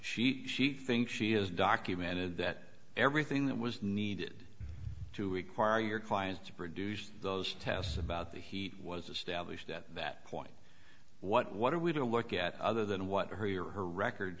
perspective she think she has documented that everything that was needed to require your clients to produce those tests about the heat was established at that point what are we to look at other than what her your her record